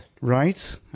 Right